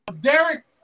Derek